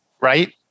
right